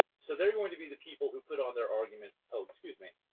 so they're going to be the people who put on their argument oh, excuse me,